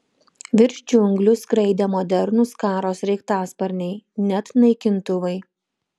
virš džiunglių skraidė modernūs karo sraigtasparniai net naikintuvai